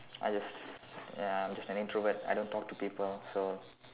I just ya I'm just an introvert I don't talk to people so